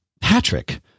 Patrick